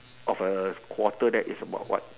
of a quarter that is about what